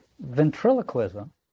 ventriloquism